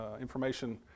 information